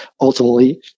ultimately